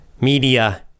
media